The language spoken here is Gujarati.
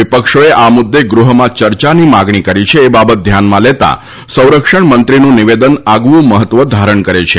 વિપક્ષોએ આ મુદ્દે ગૃહમાં ચર્ચાની માગણી કરી છે એ બાબત ધ્યાનમાં લેતા સંરક્ષણમંત્રીનું નિવેદન આગવું મહત્વ ધારણ કરે છે